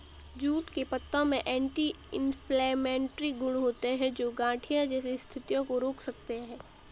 jute के पत्तों में एंटी इंफ्लेमेटरी गुण होते हैं, जो गठिया जैसी स्थितियों को रोक सकते हैं